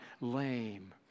lame